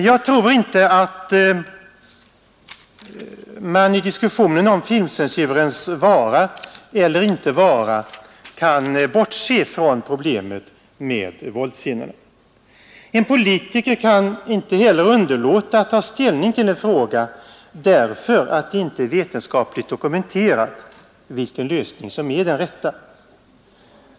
Jag tror inte att man i diskussionen om filmcensurens vara eller inte vara kan bortse från problemet med våldsscenerna. En politiker kan inte heller underlåta att ta ställning till en fråga därför att det inte är vetenskapligt dokumenterat vilken lösning som är den rätta.